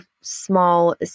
small